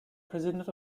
president